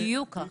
בדיוק כך.